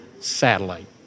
satellite